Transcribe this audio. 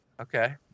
Okay